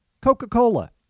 Coca-Cola